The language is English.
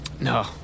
No